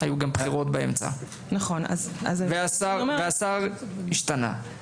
היו גם בחירות באמצע ושהשר השתנה.